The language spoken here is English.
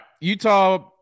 Utah